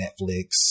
Netflix